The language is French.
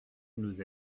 nous